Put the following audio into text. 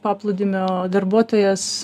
paplūdimio darbuotojas